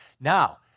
Now